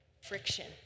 Friction